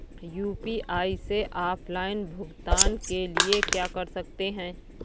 UPI से offline भुगतान के लिए क्या कर सकते हैं?